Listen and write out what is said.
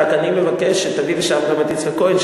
רק אני מבקש שתביא לשם את יצחק כהן,